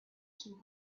two